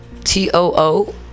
T-O-O